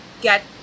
get